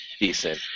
decent